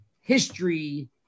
history